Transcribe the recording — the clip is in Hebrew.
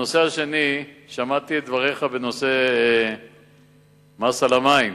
הנושא השני: שמעתי את דבריך בנושא המס על המים,